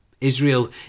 Israel